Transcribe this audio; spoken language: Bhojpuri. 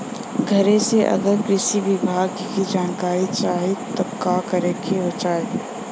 घरे से अगर कृषि विभाग के जानकारी चाहीत का करे के चाही?